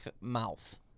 mouth